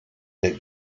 der